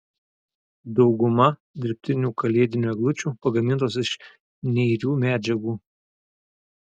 dauguma dirbtinių kalėdinių eglučių pagamintos iš neirių medžiagų